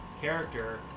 character